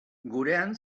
gurean